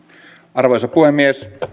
arvoisa puhemies